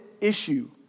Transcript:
issue